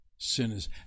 sinners